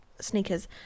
sneakers